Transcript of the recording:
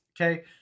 Okay